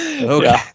Okay